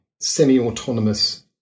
semi-autonomous